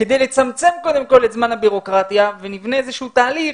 כדי לצמצם קודם כל את זמן הבירוקרטיה ונבנה איזשהו תהליך